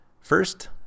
First